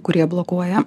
kurie blokuoja